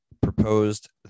proposed